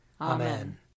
Amen